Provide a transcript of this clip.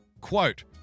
Quote